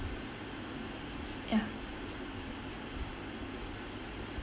ya